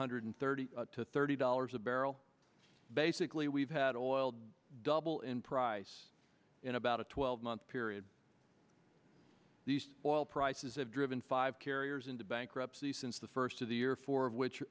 hundred thirty to thirty dollars a barrel basically we've had oil double in price in about a twelve month period these oil prices have driven five carriers into bankruptcy since the first of the year four of which